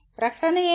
ప్రకటన ఏమిటి